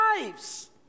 lives